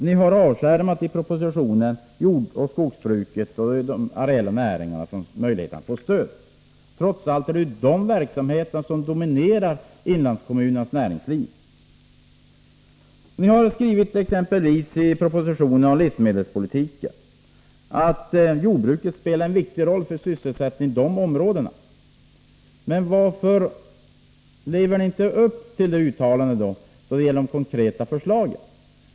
Ni har i propositionen avskärmat jordoch skogsbruket och andra areala näringar från möjligheten att få stöd, trots att det är dessa verksamheter som dominerar inlandskommunernas näringsliv. Ni har skrivit exempelvis i propositionen om livsmedelspolitiken att jordbruket spelar en viktig roll för sysselsättningen i dessa områden. Varför lever ni då inte upp till detta genom konkreta förslag?